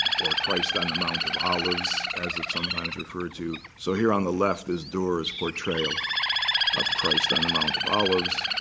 or christ on the mount of olives, as it's sometimes referred to. so here on the left is durer's portrayal of christ on the mount of olives.